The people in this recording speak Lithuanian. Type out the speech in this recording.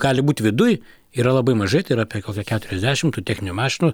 gali būt viduj yra labai mažai tai yra apie kokia keturiasdešim tų techninių mašinų